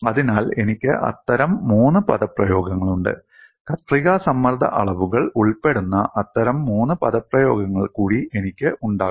അതിനാൽ എനിക്ക് അത്തരം മൂന്ന് പദപ്രയോഗങ്ങളുണ്ട് കത്രിക സമ്മർദ്ദ അളവുകൾ ഉൾപ്പെടുന്ന അത്തരം മൂന്ന് പദപ്രയോഗങ്ങൾ കൂടി എനിക്ക് ഉണ്ടാകും